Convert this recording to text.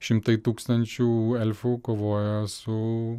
šimtai tūkstančių elfų kovoja su